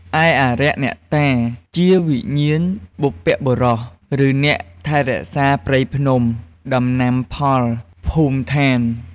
ឯអារក្ស អ្នកតា ជាវិញ្ញាណបុព្វបុរស ឬអ្នកថែរក្សាព្រៃភ្នំ ដំណាំផល ភូមិឋាន។